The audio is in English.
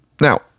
Now